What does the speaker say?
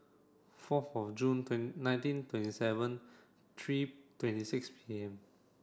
fourth Jun nineteen twenty seven three twenty six P M